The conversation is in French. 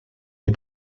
des